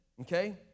okay